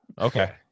Okay